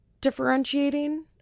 differentiating